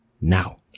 now